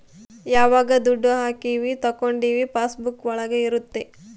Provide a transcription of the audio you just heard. ಯಾವಾಗ ದುಡ್ಡು ಹಾಕೀವಿ ತಕ್ಕೊಂಡಿವಿ ಪಾಸ್ ಬುಕ್ ಒಳಗ ಇರುತ್ತೆ